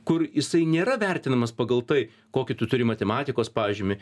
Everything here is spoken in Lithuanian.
kur jisai nėra vertinamas pagal tai kokį tu turi matematikos pažymį